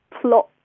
plot